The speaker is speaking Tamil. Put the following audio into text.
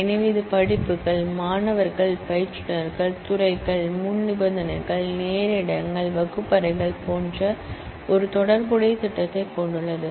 எனவே இது கோர்ஸ் மாணவர்கள் instructor prereq time slot class room போன்ற ஒரு ரெலேஷனல் ஸ்கீமா கொண்டுள்ளது